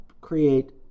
create